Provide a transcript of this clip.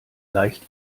leicht